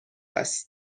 است